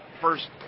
first